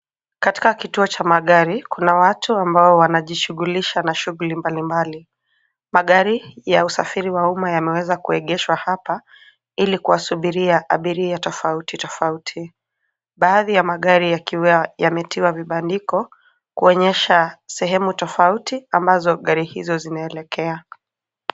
Katika kituo cha magari kuna watu ambao wanajishughulisha na shughuli mbalimbali. Magari ya usafiri wa umma yameweza kuegeshwa hapa ili kuwasubiria abiria tofauti tofauti. Baadhi ya magari yakiwa yametiwa vibandiko kuonyesha sehemu tofauti ambazo magari haya hizo yanaelekea.